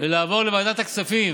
ולעבור לוועדת הכספים.